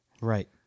Right